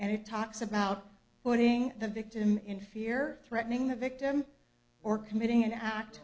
and it talks about putting the victim in fear threatening the victim or committing an